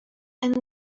and